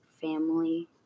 family